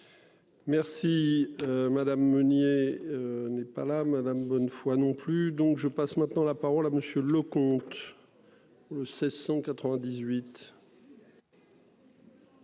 Merci. Madame Meunier. N'est pas là madame. Moi non plus donc je passe maintenant la parole à monsieur le comte. Ou le 1698.